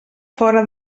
fora